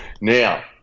Now